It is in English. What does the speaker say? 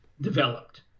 developed